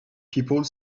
people